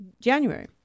January